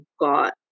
got